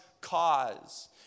cause